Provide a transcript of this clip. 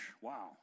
Wow